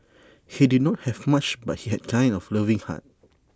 he did not have much but he had A kind of loving heart